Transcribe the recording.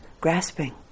grasping